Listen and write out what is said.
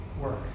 work